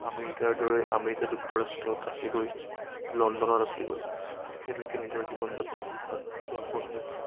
আমেৰিকাৰ দৰে আমেৰিকা যুক্তৰাষ্ট্ৰত আছেগৈ লণ্ডনত আছেগৈ তেখেতলোকে নিজৰ জীৱন যাপন আগবঢ়াই আছে